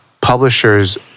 publishers